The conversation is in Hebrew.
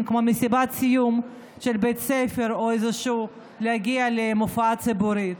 כמו מסיבת סיום של בית ספר או להגיע לאיזשהו מופע ציבורי.